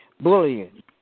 Bullying